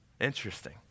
Interesting